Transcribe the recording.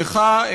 לך,